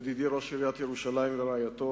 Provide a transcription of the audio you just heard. ידידי ראש עיריית ירושלים ורעייתו,